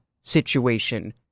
situation